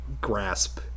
grasp